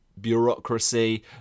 bureaucracy